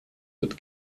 wird